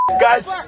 Guys